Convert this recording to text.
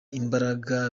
imbaraga